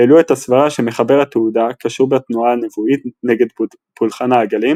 העלו את הסברה שמחבר התעודה קשור בתנועה הנבואית נגד פולחן העגלים